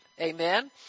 Amen